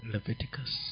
Leviticus